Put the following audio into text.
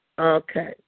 Okay